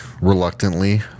reluctantly